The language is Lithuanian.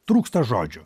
trūksta žodžių